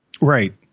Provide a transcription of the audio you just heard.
right